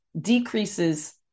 decreases